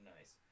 Nice